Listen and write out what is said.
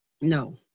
No